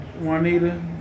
Juanita